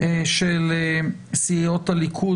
של סיעות הליכוד,